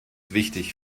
wichtig